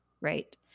right